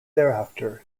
thereafter